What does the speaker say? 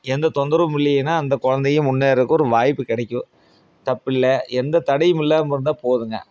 எந்த தொந்தரவும் இல்லையினால் அந்த குழந்தையும் முன்னேறதுக்கு ஒரு வாய்ப்பு கிடைக்கும் தப்பில்ல எந்த தடையும் இல்லாமல் இருந்தால் போதுங்க